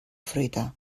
fruita